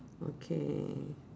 okay